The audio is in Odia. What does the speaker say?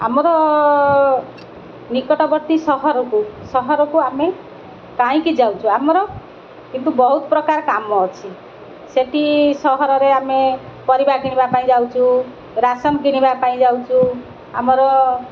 ଆମର ନିକଟବର୍ତ୍ତୀ ସହରକୁ ସହରକୁ ଆମେ କାହିଁକି ଯାଉଛୁ ଆମର କିନ୍ତୁ ବହୁତ ପ୍ରକାର କାମ ଅଛି ସେଠି ସହରରେ ଆମେ ପରିବା କିଣିବା ପାଇଁ ଯାଉଛୁ ରାସନ କିଣିବା ପାଇଁ ଯାଉଛୁ ଆମର